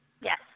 Yes